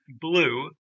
blue